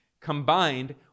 combined